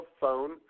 phone